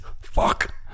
Fuck